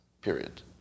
Period